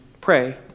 pray